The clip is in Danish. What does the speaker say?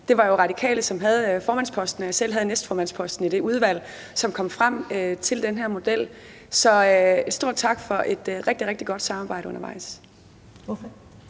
og jeg selv havde næstformandsposten, i det udvalg, som kom frem til den her model. Så stor tak for et rigtig, rigtig godt samarbejde undervejs.